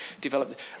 develop